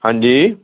ਹਾਂਜੀ